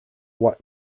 black